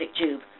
tube